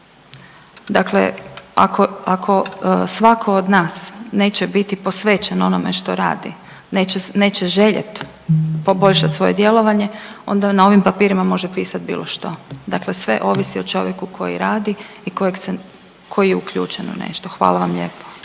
Dakle, ako svako od nas neće biti posvećen onome što radi, neće željet poboljšat svoje djelovanje onda na ovim papirima može pisati bilo što. Dakle, sve ovisi o čovjeku koji radi i kojeg se, koji je uključen u nešto. Hvala vam lijepa.